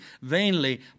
vainly